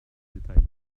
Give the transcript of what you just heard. détails